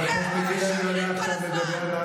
חבר הכנסת מיקי עולה עכשיו לדבר.